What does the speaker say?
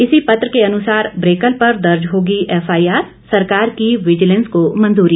इसी पत्र के अनुसार ब्रेकल पर दर्ज होगी एफआईआर सरकार की विजिलेंस को मंजूरी